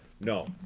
No